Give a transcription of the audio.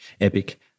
Epic